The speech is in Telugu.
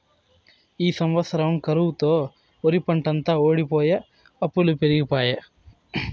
ఈ సంవత్సరం కరువుతో ఒరిపంటంతా వోడిపోయె అప్పులు పెరిగిపాయె